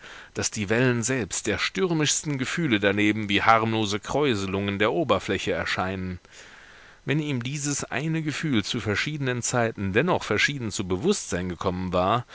daß die wellen selbst der stürmischsten gefühle daneben wie harmlose kräuselungen der oberfläche erschienen wenn ihm dieses eine gefühl zu verschiedenen zeiten dennoch verschieden zu bewußtsein gekommen war